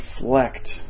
reflect